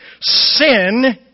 sin